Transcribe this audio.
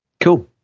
Cool